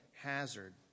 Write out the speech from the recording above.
hazard